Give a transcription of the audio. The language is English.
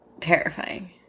terrifying